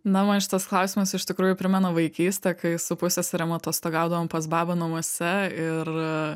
na man šitas klausimas iš tikrųjų primena vaikystę kai su pusseserėm atostogaudavom pas babą namuose ir